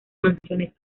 mansiones